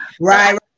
Right